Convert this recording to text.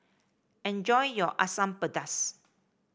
enjoy your Asam Pedas